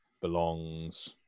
belongs